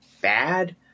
bad